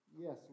yes